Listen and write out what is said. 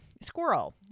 Squirrel